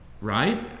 Right